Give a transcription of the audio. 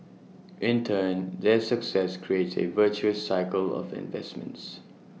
in turn their success creates A virtuous cycle of investments